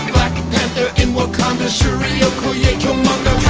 panther in wakanda shuri, okoye, killmonger